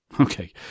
Okay